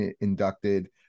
inducted